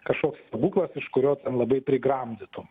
kažkoks stebuklas iš kurio ten labai prigramdytų